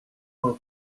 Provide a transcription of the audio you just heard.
for